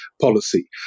policy